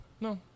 No